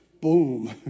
Boom